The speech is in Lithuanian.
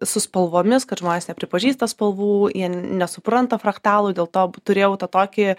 su spalvomis kad žmonės nepripažįsta spalvų jie nesupranta fraktalų dėl to turėjau tą tokį